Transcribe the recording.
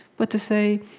but to say,